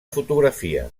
fotografia